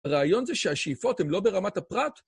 הרעיון זה שהשאיפות הן לא ברמת הפרט...